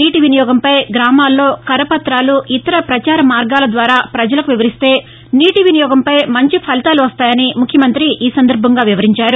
నీటి వినియోగంపై గ్రామాలలో కరపత్రాలు ఇతర ప్రచార మార్గాల ద్వారా ప్రజలకు వివరిస్తే నీటి వినియోగంపై మంచి ఫలితాలు వస్తాయని ముఖ్యమంతి ఈసందర్బంగా వివరించారు